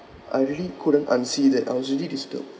I really couldn't unsee that I was really disturbed